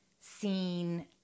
seen